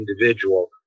individual